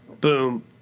Boom